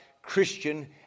christian